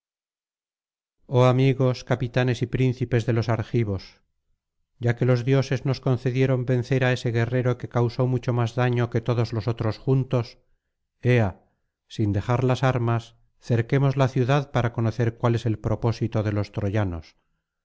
oh amigos capitanes y príncipes de los argivos ya que los dioses nos concedieron vencer á ese guerrero que causó mucho más daño que todos los otros juntos ea sin dejar las armas cerquemos la ciudad para conocer cuál es el propósito de los